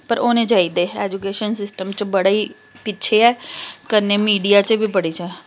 पर होने चाहिदे ऐजुकेशन सिस्टम च बड़ी पिच्छें ऐ कन्नै मीडिया च बी बड़ी जैदा